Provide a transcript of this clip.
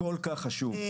זה כל כך חשוב.